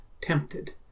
tempted